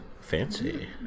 fancy